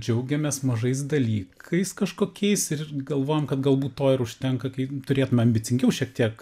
džiaugiamės mažais dalykais kažkokiais ir galvojam kad galbūt to ir užtenka kai turėtume ambicingiau šiek tiek